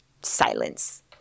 silence